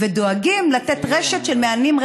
ודואגים לתת רשת רחבה של מענים,